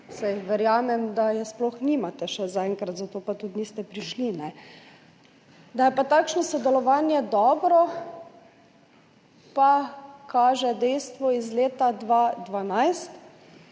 verjamem, da je sploh zaenkrat še nimate, zato pa tudi niste prišli. Da je takšno sodelovanje dobro, pa kaže dejstvo iz leta 2012,